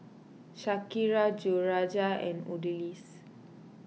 Shakira Jorja and Odalis